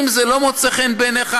אם זה לא מוצא חן בעיניך,